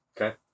Okay